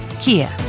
Kia